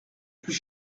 plus